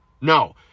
No